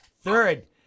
third